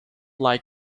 like